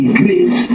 great